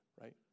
right